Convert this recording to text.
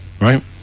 right